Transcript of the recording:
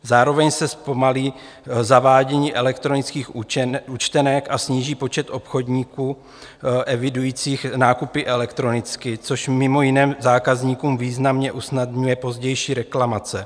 Zároveň se zpomalí zavádění elektronických účtenek a sníží počet obchodníků evidujících nákupy elektronicky, což mimo jiné zákazníkům významně usnadňuje pozdější reklamace.